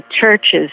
churches